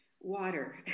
water